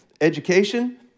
Education